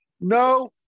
No